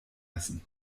essen